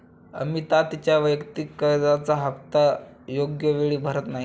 अमिता तिच्या वैयक्तिक कर्जाचा हप्ता योग्य वेळी भरत नाही